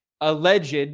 alleged